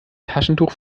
taschentuch